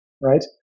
right